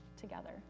together